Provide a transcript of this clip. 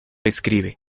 escribe